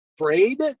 afraid